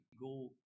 go